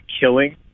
killing